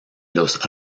los